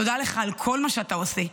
תודה לך על כל מה שאתה עושה,